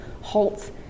Halt